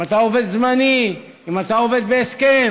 אם אתה עובד זמני, אם אתה עובד בהסכם,